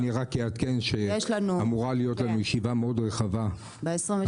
אני רק אעדכן שאמורה להיות לנו ישיבה רחבה מאוד,